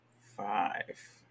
five